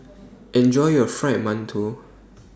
Enjoy your Fried mantou